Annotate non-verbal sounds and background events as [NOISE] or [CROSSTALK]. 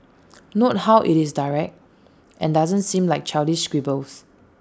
[NOISE] note how IT is direct and doesn't seem like childish scribbles